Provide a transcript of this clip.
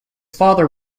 father